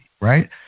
right